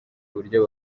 uburyo